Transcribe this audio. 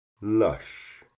Lush